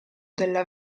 della